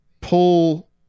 pull